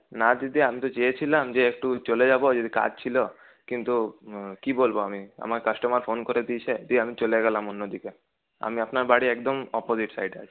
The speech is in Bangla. না দিদি আমি তো চেয়েছিলাম যে একটু চলে যাব যদি কাজ ছিল কিন্তু কি বলব আমি আমার কাস্টমার ফোন করে দিয়েছে দিয়ে আমি চলে গেলাম অন্যদিকে আমি আপনার বাড়ির একদম অপোজিট সাইডে আছি